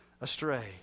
astray